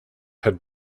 had